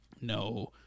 No